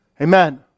Amen